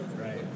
Right